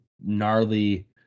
gnarly